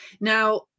Now